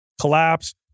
collapse